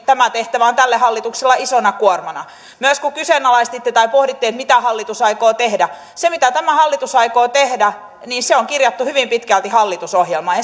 tämä tehtävä on tällä hallituksella isona kuormana myös kun kyseenalaistitte tai pohditte mitä hallitus aikoo tehdä se mitä tämä hallitus aikoo tehdä on kirjattu hyvin pitkälti hallitusohjelmaan